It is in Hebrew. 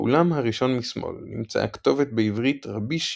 באולם הראשון משמאל נמצאה כתובת בעברית ”רבי שמעון”